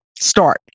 start